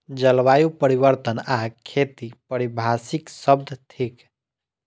जलवायु परिवर्तन आ खेती पारिभाषिक शब्द थिक